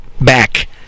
back